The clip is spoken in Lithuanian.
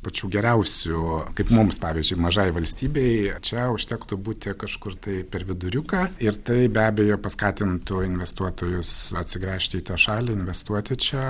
pačiu geriausiu kaip mums pavyzdžiui mažai valstybei čia užtektų būti kažkur tai per viduriuką ir tai be abejo paskatintų investuotojus atsigręžti į tą šalį investuoti čia